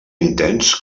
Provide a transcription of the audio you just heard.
intens